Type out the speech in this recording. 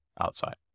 outside